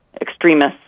extremists